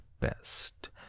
best